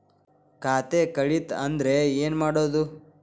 ಖಾತೆ ಕಳಿತ ಅಂದ್ರೆ ಏನು ಮಾಡೋದು?